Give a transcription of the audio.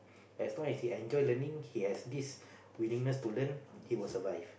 as long as he enjoy learning he has this willingness to learn he will survive